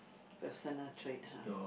personal trait !huh!